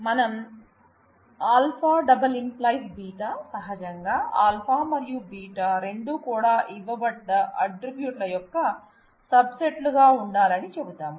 మనం α →→ β సహజంగా α మరియు β రెండూ కూడా ఇవ్వబడ్డ ఆట్రిబ్యూట్ ల యొక్క సబ్ సెట్ లుగా ఉండాలని చెబుతాం